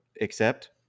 accept